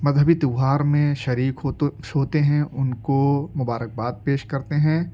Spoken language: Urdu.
مذہبی تہوار میں شریک ہوتے ہیں ان کو مبارکباد پیش کرتے ہیں